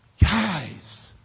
Guys